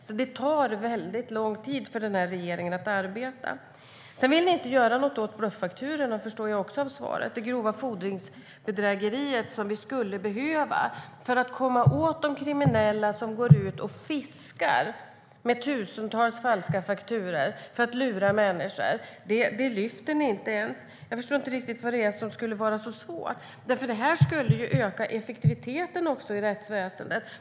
Det tar alltså väldigt lång tid för den här regeringen att arbeta. Sedan förstår jag också av svaret att ni inte vill göra något åt bluffakturorna. Det är grova fordringsbedrägerier som vi skulle behöva göra något åt för att komma åt de kriminella som går ut och "fiskar" med tusentals falska fakturor för att lura människor. Den frågan lyfter ni inte ens. Jag förstår inte riktigt vad det är som skulle vara så svårt. Detta skulle ju också öka effektiviteten i rättsväsendet.